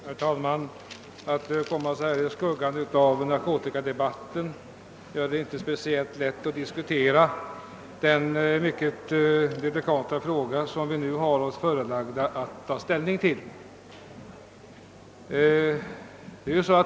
Herr talman! I skuggan av narkotikadebatten är det inte lätt att diskutera den mycket delikata fråga som vi nu har oss förelagd.